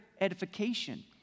edification